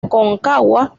aconcagua